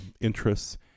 interests